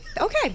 okay